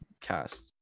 cast